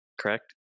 correct